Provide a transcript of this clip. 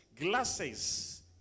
glasses